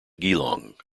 geelong